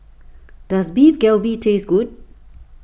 does Beef Galbi taste good